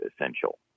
essential